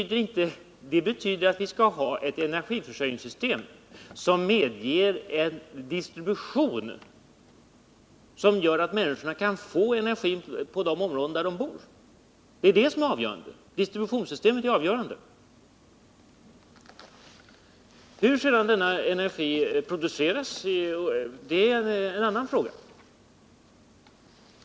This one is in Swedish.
Det betyder att vi skall ha ett energiförsörjningssystem som medger distribution av energi till människor i de områden där de bor. Det är distributionssystemet som är avgörande. Hur energin sedan produceras är en annan fråga.